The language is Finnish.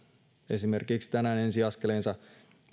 esimerkiksi tänään ensiaskeleensa